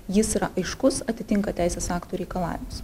jis yra aiškus atitinka teisės aktų reikalavimus